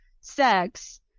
sex